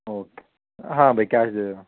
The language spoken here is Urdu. اوکے ہاں بھائی کیش دے دے رہا ہوں